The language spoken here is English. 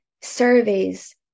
surveys